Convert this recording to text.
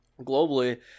globally